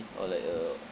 or like a